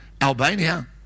Albania